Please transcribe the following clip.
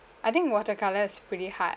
I think watercolor is pretty hard